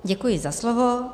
Děkuji za slovo.